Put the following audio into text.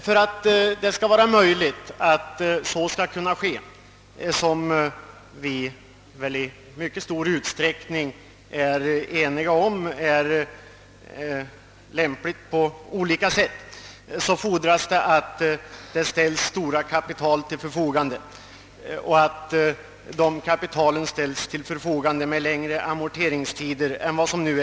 För att detta skall kunna ske — och vi är väl i stort sett eniga om lämpligheten därav — fordras att stora kapital ställs till förfogande och att nu gällande amorteringstider förlängs.